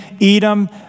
Edom